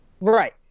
Right